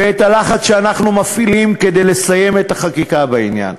ואת הלחץ שאנחנו מפעילים כדי לסיים את החקיקה בעניין.